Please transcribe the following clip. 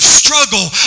struggle